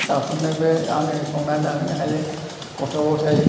फिसाफोरनोबो आङो संना जाहोनो हायो गथ' गथाइ